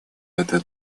это